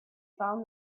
found